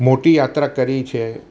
મોટી યાત્રા કરી છે